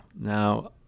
Now